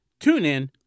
TuneIn